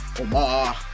Omar